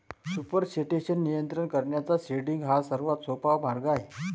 supersaturation नियंत्रित करण्याचा seeding हा सर्वात सोपा मार्ग आहे